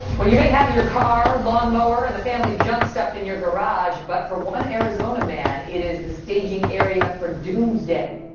well, you may have your car, lawn mower and your family junk stuffed in your garage, but for one arizona man it is the staging area for doomsday.